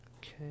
okay